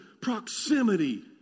proximity